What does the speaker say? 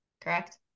correct